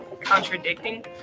contradicting